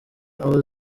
aho